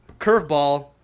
Curveball